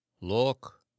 look